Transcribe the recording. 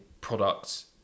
products